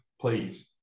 please